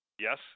Yes